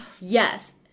Yes